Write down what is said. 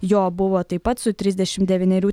jo buvo taip pat su trisdešim devynerių